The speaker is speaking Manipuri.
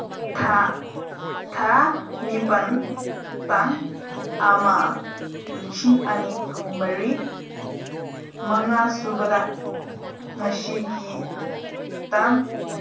ꯊꯥ ꯊꯥ ꯅꯤꯄꯥꯟ ꯇꯥꯡ ꯑꯃ ꯂꯤꯁꯤꯡ ꯑꯅꯤ ꯀꯨꯟꯃꯔꯤ ꯃꯉꯥꯁꯨꯕꯗ ꯉꯁꯤꯒꯤ ꯇꯥꯡ